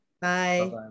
Bye